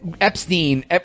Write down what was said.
epstein